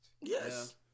Yes